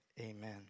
Amen